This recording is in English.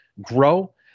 grow